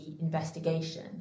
investigation